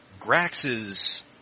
Grax's